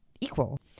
equal